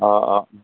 অঁ অঁ